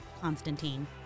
constantine